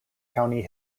county